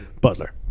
butler